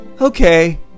okay